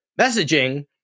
messaging